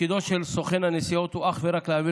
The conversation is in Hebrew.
תפקידו של סוכן הנסיעות הוא אך ורק להעביר